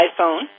iPhone